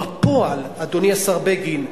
בפועל, אדוני השר בגין,